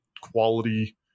quality